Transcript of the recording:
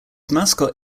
mascot